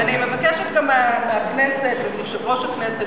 ואני מבקשת גם מהכנסת ומיושב-ראש הכנסת